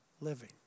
living